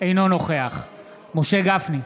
אינו נוכח משה גפני,